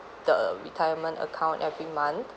the retirement account every month